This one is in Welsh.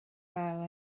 lawr